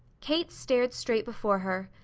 kate stared straight before her,